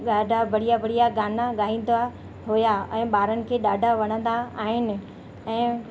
ॾाढा बढ़िया बढ़िया गाना ॻाईंदा हुया ऐं ॿारनि खे ॾाढा वणंदा आहिनि ऐं